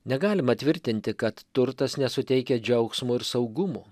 negalima tvirtinti kad turtas nesuteikia džiaugsmo ir saugumo